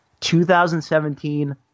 2017